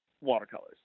watercolors